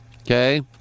Okay